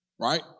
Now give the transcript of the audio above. Right